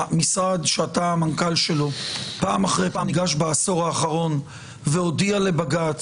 המשרד שאתה המנכ"ל שלו פעם אחר פעם ניגש בעשור האחרון והודיע לבג"ץ